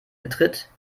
betritt